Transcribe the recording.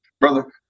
brother